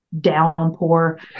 downpour